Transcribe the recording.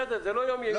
בסדר, זה לא יום עיון.